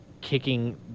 kicking